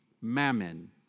mammon